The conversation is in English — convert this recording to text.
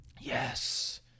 Yes